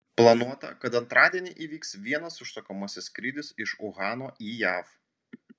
planuota kad antradienį įvyks vienas užsakomasis skrydis iš uhano į jav